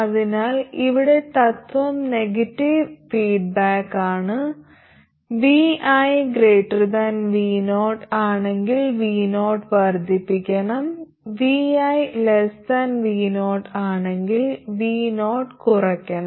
അതിനാൽ ഇവിടെ തത്വം നെഗറ്റീവ് ഫീഡ്ബാക്കാണ് vi vo ആണെങ്കിൽ vo വർദ്ധിപ്പിക്കണം vi vo ആണെങ്കിൽ vo കുറയ്ക്കണം